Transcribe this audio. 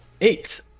eight